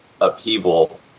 upheaval